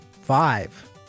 five